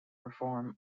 reform